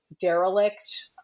derelict